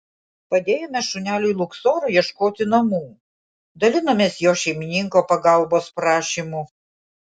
padėjome šuneliui luksorui ieškoti namų dalinomės jo šeimininko pagalbos prašymu